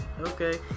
okay